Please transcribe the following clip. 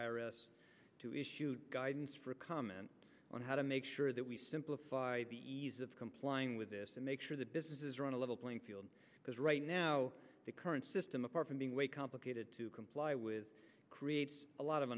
s to issued guidance for comment on how to make sure that we simplify the ease of complying with this and make sure that businesses are on a level playing field because right now the current system apart from being way complicated to comply with creates a lot of